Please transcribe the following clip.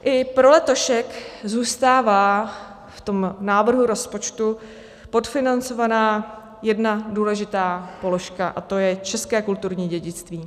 I pro letošek zůstává v tom návrhu rozpočtu podfinancovaná jedna důležitá položka, a to je české kulturní dědictví.